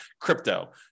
crypto